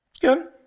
Good